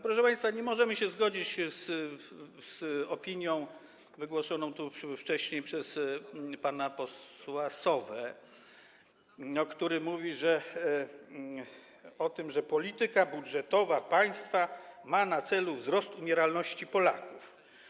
Proszę państwa, nie możemy się zgodzić z opinią wygłoszoną tu wcześniej przez pana posła Sowę, który mówił o tym, że polityka budżetowa państwa ma na celu wzrost umieralności Polaków.